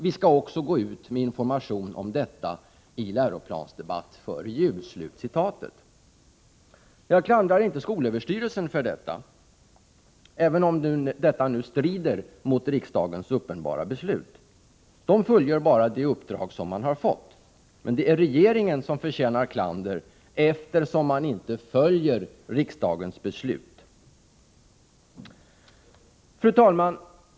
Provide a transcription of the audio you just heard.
Vi skall också gå ut med information om detta i Läroplansdebatt före jul.” Jag klandrar inte skolöverstyrelsen för detta, även om detta strider mot riksdagens uppenbara beslut. Skolöverstyrelsen fullgör bara det uppdrag som man har fått. Det är regeringen som förtjänar klander, eftersom den inte följer riksdagens beslut. Fru talman!